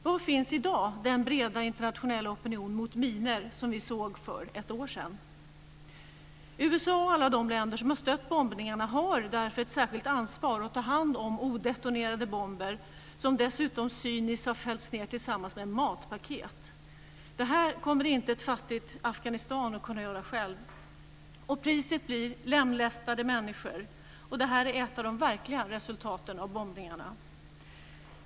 Var finns i dag den breda internationella opinion mot minor som vi såg för ett år sedan? USA och alla de länder som stött bombningarna har därför ett särskilt ansvar för att ta hand om odetonerade bomber som dessutom cyniskt har fällts ned tillsammans med matpaket. Det här kommer inte ett fattigt Afghanistan att självt kunna göra - priset blir lemlästade människor - och det här är ett av de verkliga resultaten av bombningarna.